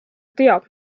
teab